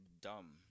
dumb